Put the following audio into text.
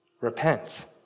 repent